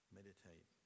meditate